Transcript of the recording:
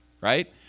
right